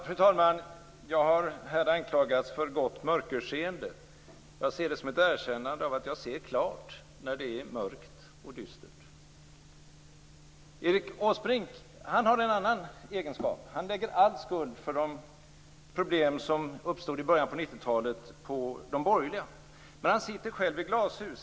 Fru talman! Jag har här anklagats för gott mörkerseende. Jag ser det som ett erkännande av att jag ser klart när det är mörkt och dystert. Erik Åsbrink har en annan egenskap. Han lägger all skuld för de problem som uppstod i början på 90 talet på de borgerliga. Men han sitter själv i glashus.